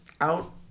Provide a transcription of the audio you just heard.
out